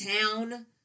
town